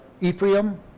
Ephraim